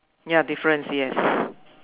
ya difference yes